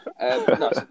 no